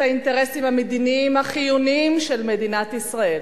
האינטרסים המדיניים החיוניים של מדינת ישראל,